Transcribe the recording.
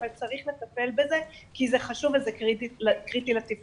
אבל צריך לטפל בזה כי זה חשוב וזה קריטי לתפקוד.